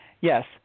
Yes